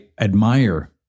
admire